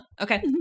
Okay